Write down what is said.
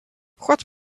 what